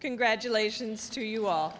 congratulations to you all